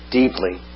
deeply